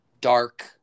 dark